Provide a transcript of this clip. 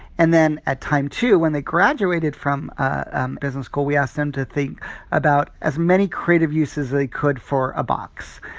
and then at time two, when they graduated from ah um business school, we asked them to think about as many creative uses as they could for a box.